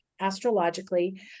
astrologically